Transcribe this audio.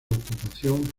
ocupación